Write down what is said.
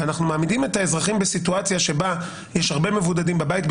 אז אנחנו מעמידים את האזרחים בסיטואציה שבה יש הרבה מבודדים בבית,